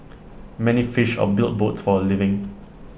many fished or built boats for A living